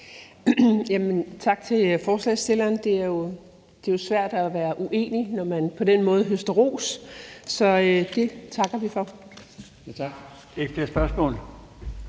Tak til forslagsstilleren. Det er jo svært at være uenig, når man på den måde høster ros. Så det takker vi for. Kl. 17:13 Den fg.